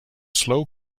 slow